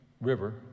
river